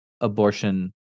abortion